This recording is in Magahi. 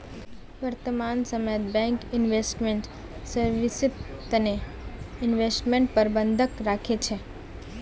वर्तमान समयत बैंक इन्वेस्टमेंट सर्विस तने इन्वेस्टमेंट प्रबंधक राखे छे